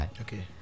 Okay